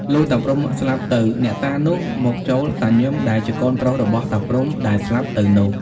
លុះតាព្រំុស្លាប់ទៅ អ្នកតានោះមកចូលតាញឹមដែលជាកូនប្រុសរបស់តាព្រំុដែលស្លាប់ទៅនោះ។